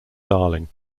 darling